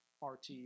rt